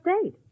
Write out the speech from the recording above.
state